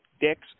dicks